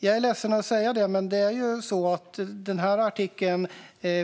Jag är ledsen att säga det, men den här artikeln